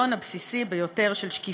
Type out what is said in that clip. גם אחת הדמוקרטיות האמיתיות שיש בכלל בעולם,